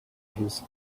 his